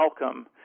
welcome